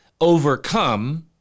overcome